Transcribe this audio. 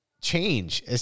Change